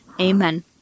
Amen